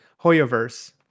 HoYoVerse